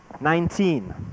nineteen